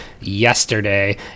yesterday